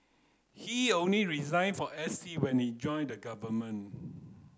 he only resigned for S T when he joined the government